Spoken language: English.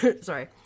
sorry